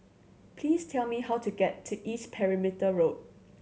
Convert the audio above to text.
please tell me how to get to East Perimeter Road